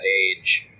age